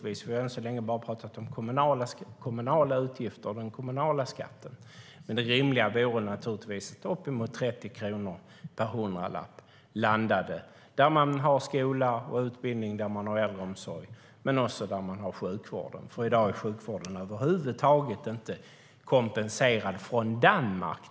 Vi har än så länge bara talat om kommunala utgifter och den kommunala skatten, men det rimliga vore naturligtvis att uppemot 30 kronor per hundralapp landade där man har skola, utbildning och äldreomsorg men också där man har sjukvård. I dag är sjukvården över huvud taget inte kompenserad från Danmark.